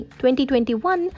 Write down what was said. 2021